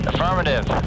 Affirmative